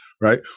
Right